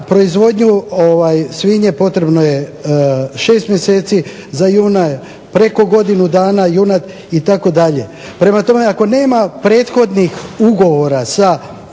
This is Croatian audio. svinje potrebno je 6 mjeseci, za junad preko godinu dana itd. Prema tome, ako nema prethodnih ugovora sa